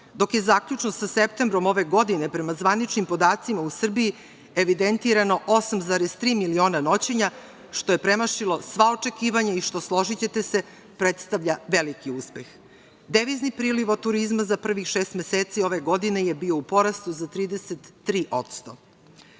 dok je zaključno sa septembrom ove godine, prema zvaničnim podacima u Srbiji evidentirano 8,3 miliona noćenja što je premašilo sva očekivanja i što, složićete se predstavlja veliki uspeh. Devizni priliv od turizma za prvih šest meseci ove godine je bio u porastu za 33%.Ovi